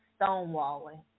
stonewalling